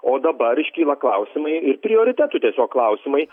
o dabar iškyla klausimai ir prioritetų tiesiog klausimai